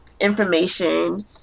information